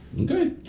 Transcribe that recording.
Okay